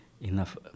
Enough